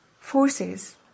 forces